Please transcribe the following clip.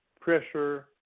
pressure